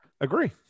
agree